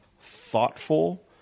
thoughtful